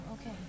okay